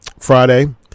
Friday